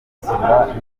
kunsura